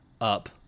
up